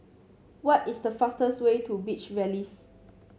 what is the fastest way to Beach Villas